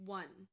one